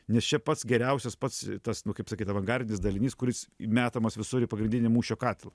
nes čia pats geriausias pats tas nu kaip sakyt avangardinis dalinys kuris metamas visur į pagrindinį mūšio katilą